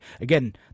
Again